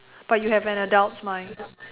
but you have an adult's mind